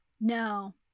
No